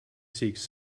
seeks